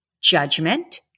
judgment